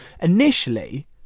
initially